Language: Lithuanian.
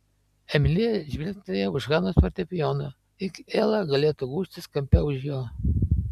emilija žvilgtelėjo už hanos fortepijono lyg ela galėtų gūžtis kampe už jo